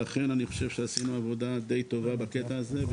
ואכן אני חושב שעשינו עבודה די טובה בקטע הזה.